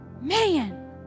Man